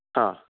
आं